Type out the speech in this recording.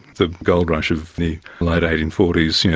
the gold rush of the late eighteen forty s, yeah